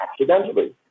accidentally